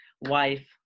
wife